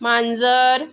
मांजर